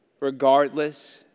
regardless